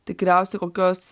tikriausiai kokios